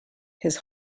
his